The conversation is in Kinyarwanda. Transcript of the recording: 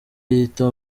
yita